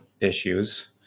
issues